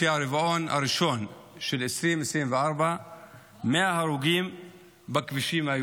ברבעון הראשון של 2024 היו 100 הרוגים בכבישים.